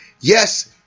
Yes